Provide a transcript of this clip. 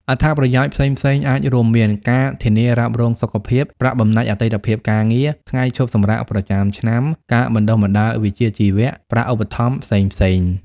អត្ថប្រយោជន៍ផ្សេងៗអាចរួមមាន ការធានារ៉ាប់រងសុខភាព ប្រាក់បំណាច់អតីតភាពការងារ ថ្ងៃឈប់សម្រាកប្រចាំឆ្នាំ ការបណ្ដុះបណ្ដាលវិជ្ជាជីវៈ ប្រាក់ឧបត្ថម្ភផ្សេងៗ។